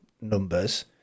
numbers